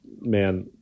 man